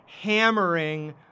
hammering